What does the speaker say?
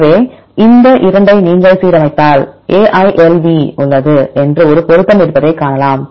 எனவே இந்த 2 ஐ நீங்கள் சீரமைத்தால் AILV உள்ளது என்று ஒரு பொருத்தம் இருப்பதைக் காணலாம்